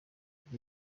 ibyo